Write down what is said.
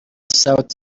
sauti